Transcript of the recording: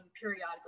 periodically